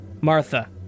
Martha